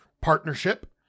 partnership